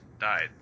died